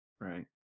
Right